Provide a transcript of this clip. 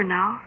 now